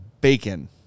bacon